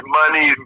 money